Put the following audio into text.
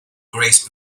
grace